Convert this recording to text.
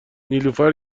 نیلوفر